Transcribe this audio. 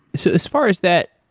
so as far as that,